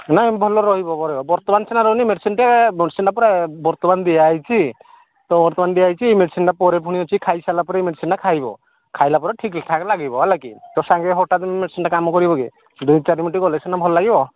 ନାଇଁ ଭଲ ରହିବ ରହିବ ବର୍ତ୍ତମାନ ସିନା ରହୁନି ମେଡ଼ିସିନ୍ଟେ ମେଡ଼ିସିନ୍ଟା ପରା ବର୍ତ୍ତମାନ ଦିଆହେଇଛି ତ ବର୍ତ୍ତମାନ ଦିଆହେଇଛି ମେଡ଼ିସିନ୍ଟା ପରେ ଫୁଣି ଅଛି ଖାଇ ସାରିଲା ପରେ ମେଡ଼ିସିନ୍ଟା ଖାଇବ ଖାଇଲା ପରେ ଠିକ୍ ଠାକ୍ ଲାଗିବ ହେଲା କିି ତ ସାଙ୍ଗେ ହଠାତ୍ ମେଡ଼ିସିନ୍ଟା କାମ କରିବ କି ଦୁଇ ଚାରିି ମିନିଟ୍ ଗଲେ ସିନା ଭଲ ଲାଗିବ